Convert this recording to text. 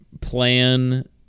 plan